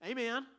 Amen